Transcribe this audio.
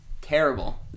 Terrible